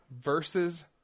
versus